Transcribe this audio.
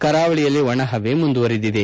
ಕರಾವಳಿಯಲ್ಲಿ ಒಣ ಪವೆ ಮುಂದುವರಿದಿದೆ